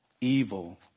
evil